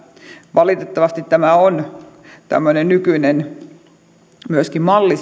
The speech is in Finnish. valitettavasti tämä on myöskin tämmöinen nykyinen malli